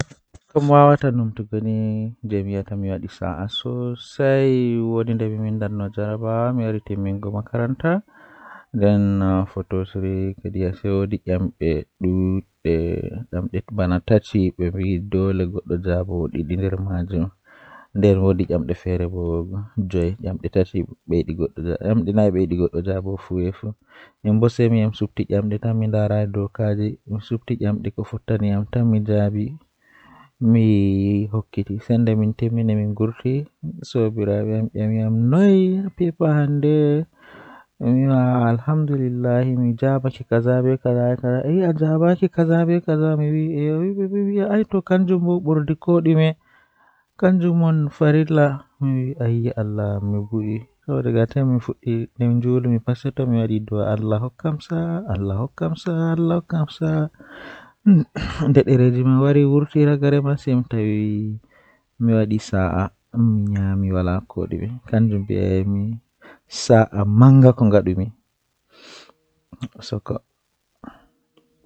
Fijirde jei burdaa yiduki sembe kanjum woni fijirde jei habre bana boksin malla reksilin ngam kanjum do doole anaftira be sembe ma haa babal wadugo dow anaftirai be sembe ma be fiya ma malla be nawna ma fijirde jei buri hoyugo bo kanjum woni fijirde kaati malla lido jei ondo joodi yerba kaati malla kujeeji.